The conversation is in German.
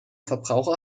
verbraucher